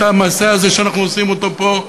את המעשה הזה שאנחנו עושים פה.